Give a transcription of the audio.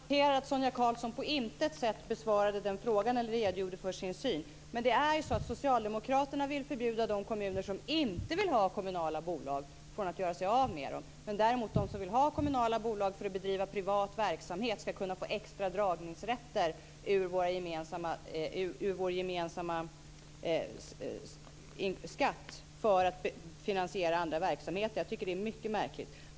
Herr talman! Jag hoppas att alla noterar att Sonia Karlsson på intet sätt besvarade frågan eller redogjorde för sin syn. Men socialdemokraterna vill förbjuda de kommuner som inte vill ha kommunala bolag från att göra sig av med dem. Däremot de som vill ha kommunala bolag för att bedriva privat verksamhet ska kunna få extra dragningsrätter ur vår gemensamma skatt. Det är mycket märkligt.